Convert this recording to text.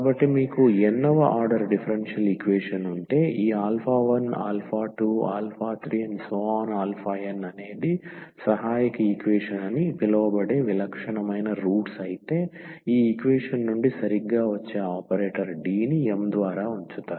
కాబట్టి మీకు n వ ఆర్డర్ డిఫరెన్షియల్ ఈక్వేషన్ ఉంటే ఈ 12 3n అనేది సహాయక ఈక్వేషన్ అని పిలవబడే విలక్షణమైన రూట్స్ అయితే ఈ ఈక్వేషన్ నుండి సరిగ్గా వచ్చే ఆపరేటర్ d ని m ద్వారా ఉంచుతారు